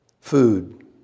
food